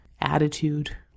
attitude